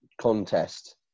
contest